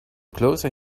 closer